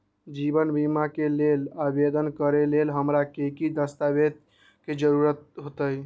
जीवन बीमा के लेल आवेदन करे लेल हमरा की की दस्तावेज के जरूरत होतई?